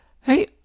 hey